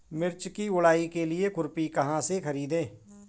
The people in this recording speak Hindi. मिर्च की गुड़ाई के लिए खुरपी कहाँ से ख़रीदे?